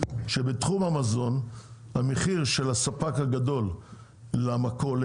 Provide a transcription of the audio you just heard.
שבתחום המזון המחיר של הספק הגדול למכולת